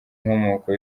inkomoko